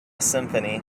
symphony